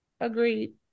Agreed